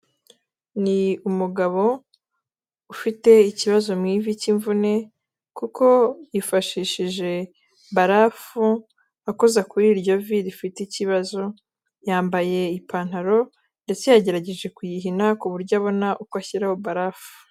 Ni umugabo ufite ikibazo mu ivi cy'imvune, kuko yifashishije barafu, akoza kuri iryo vi rifite ikibazo. Yambaye ipantaro ndetse yagerageje kuyihina, ku buryo abona uko ashyiraho barafu.